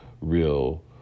real